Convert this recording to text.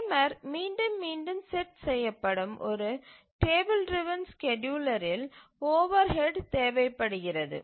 timer மீண்டும் மீண்டும் set செய்யப்படும் ஒரு டேபிள் டிரவன் ஸ்கேட்யூலரில் ஓவர்ஹெட் தேவைப்படுகிறது